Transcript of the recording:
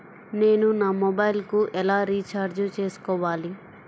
నేను నా మొబైల్కు ఎలా రీఛార్జ్ చేసుకోవాలి?